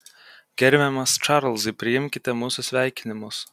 gerbiamas čarlzai priimkite mūsų sveikinimus